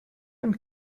and